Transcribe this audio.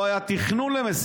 גם לא היה תכנון למסילה.